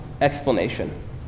explanation